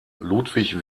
ludwig